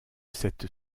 cette